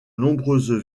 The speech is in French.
nombreuses